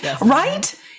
Right